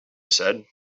said